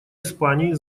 испании